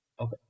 Okay